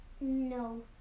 No